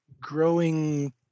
growing